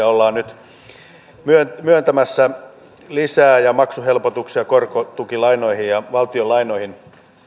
ollaan nyt myöntämässä lisää valtiontakauksia ja maksuhelpotuksia korkotukilainoihin ja valtionlainoihin